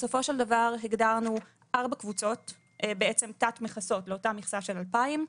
בסופו של דבר הגדרנו ארבע קבוצות - בעצם תת-מכסות לאותה מכסה של 2,000,